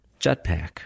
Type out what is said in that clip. Jetpack